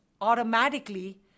automatically